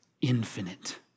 infinite